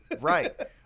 Right